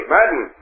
Madden